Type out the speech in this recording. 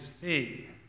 see